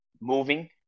moving